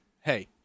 hey